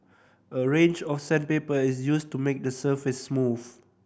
a range of sandpaper is used to make the surface smooth